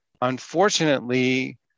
Unfortunately